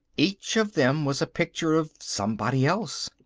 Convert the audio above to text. each of them was a picture of somebody else.